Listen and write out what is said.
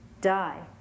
die